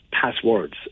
passwords